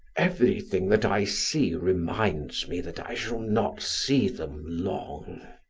everything that i see reminds me that i shall not see them long.